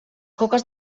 coques